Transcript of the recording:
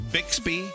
Bixby